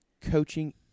coaching